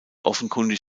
offenkundig